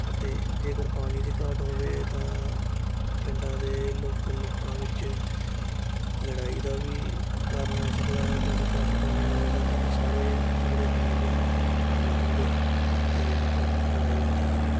ਅਤੇ ਜੇਕਰ ਪਾਣੀ ਦੀ ਘਾਟ ਹੋਵੇ ਤਾਂ ਪਿੰਡਾਂ ਦੇ ਲੋਕ ਲੋਕਾਂ ਵਿੱਚ ਲੜਾਈ ਦਾ ਵੀ ਕਾਰਨ ਹੋ ਸਕਦਾ ਹੈ ਕਿਉਂਕਿ ਘੱਟ ਪਾਣੀ ਹੋਵੇਗਾ ਤਾਂ ਸਾਰੇ ਥੋੜ੍ਹੇ ਪਾਣੀ ਲਈ ਲੜਨਗੇ ਅਤੇ ਫਿਰ ਲੜਾਈ ਵਧੇਗੀ